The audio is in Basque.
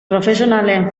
profesionalen